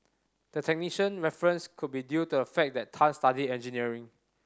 the technician reference could be due to the fact that Tan studied engineering